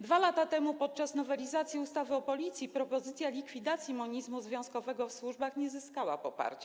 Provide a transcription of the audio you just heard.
2 lata temu podczas nowelizacji ustawy o Policji propozycja likwidacji monizmu związkowego w służbach nie zyskała poparcia.